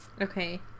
Okay